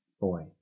boy